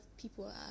people